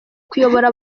kuyobora